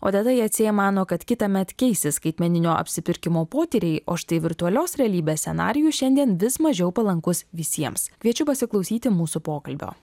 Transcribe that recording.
odeta jacė mano kad kitąmet keisis skaitmeninio apsipirkimo potyriai o štai virtualios realybės scenarijus šiandien vis mažiau palankus visiems kviečiu pasiklausyti mūsų pokalbio